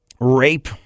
rape